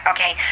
Okay